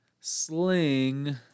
sling